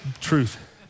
truth